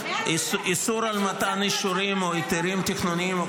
איסור על מתן אישורים או היתרים תכנוניים או